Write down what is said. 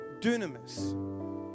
dunamis